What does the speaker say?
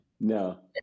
No